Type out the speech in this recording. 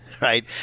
right